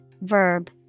Verb